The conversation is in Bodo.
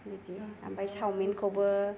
ओमफ्राय सावमिन खौबो